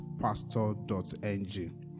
pastor.ng